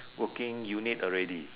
working unit already